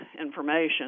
information